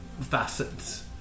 facets